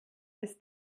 ist